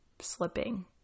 slipping